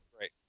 Right